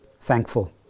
thankful